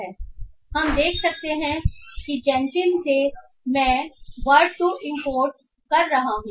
इसलिए हम देख सकते हैं कि जैनसिम से मैं वर्ड2वेक इंपोर्ट कर रहा हूं